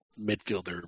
midfielder